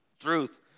truth